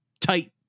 tight